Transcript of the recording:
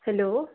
hello